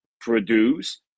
produce